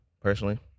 Personally